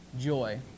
joy